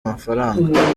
amafaranga